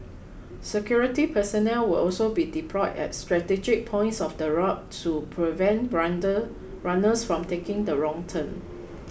security personnel will also be deployed at strategic points of the route to prevent brander runners from taking the wrong turn